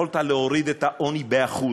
יכולת להוריד את העוני ב-1%.